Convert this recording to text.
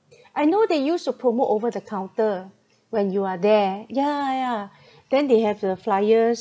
I know they used to promote over the counter when you are there yeah yeah then they have the flyers